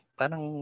parang